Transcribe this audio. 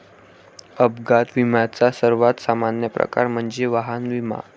अपघात विम्याचा सर्वात सामान्य प्रकार म्हणजे वाहन विमा